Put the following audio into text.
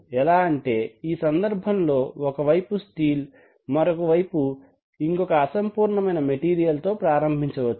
ఎలా అంటే ఈ సందర్భం లో ఒకవైపు స్టీల్ ఇంకొక వైపు అసంపూర్ణమే మెటీరియల్ తో ప్రారంభించవచ్చు